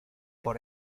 por